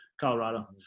Colorado